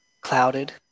clouded